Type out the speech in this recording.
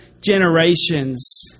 generations